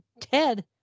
Ted